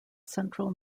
central